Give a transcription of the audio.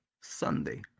sunday